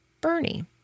Bernie